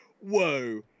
whoa